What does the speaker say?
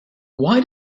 why